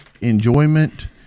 enjoyment